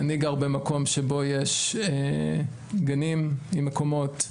אני גר במקום שבו יש גנים עם מקומות,